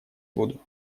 буду